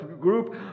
group